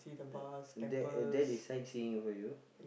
th~ that that is sightseeing for you